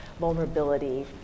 vulnerability